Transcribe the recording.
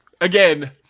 again